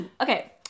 Okay